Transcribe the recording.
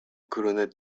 colonnettes